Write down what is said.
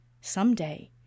someday